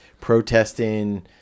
protesting